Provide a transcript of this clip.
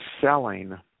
selling